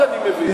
אני מבין.